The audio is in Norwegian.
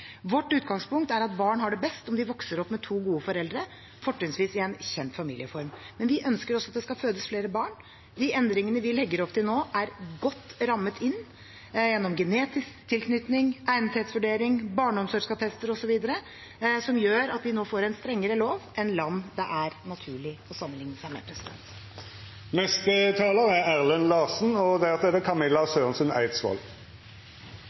Vårt utgangspunkt er at barn har det best om de vokser opp med to gode foreldre, fortrinnsvis i en kjent familieform. Men vi ønsker også at det skal fødes flere barn. De endringene vi legger opp til nå, er godt rammet inn gjennom genetisk tilknytning, egnethetsvurdering, barneomsorgsattester osv., som gjør at vi nå får en strengere lov enn land det er naturlig å sammenligne seg med. Forslaget til endringer i lov om bioteknologi er fremmet av regjeringen etter en grundig evaluering og